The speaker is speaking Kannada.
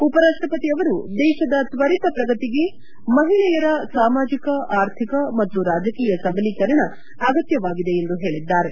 ಉಪರಾಷ್ಷಪತಿ ಅವರು ದೇಶದ ತ್ವರಿತ ಪ್ರಗತಿಗೆ ಮಹಿಳೆಯರ ಸಾಮಾಜಿಕ ಅರ್ಥಿಕ ಮತ್ತು ರಾಜಕೀಯ ಸಬಲೀಕರಣ ಅಗತ್ತವಾಗಿದೆ ಎಂದು ಹೇಳಿದ್ದಾರೆ